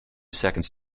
seconds